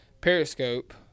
periscope